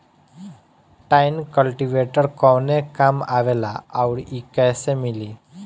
Tine cultivator कवने काम आवेला आउर इ कैसे मिली?